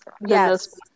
yes